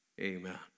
amen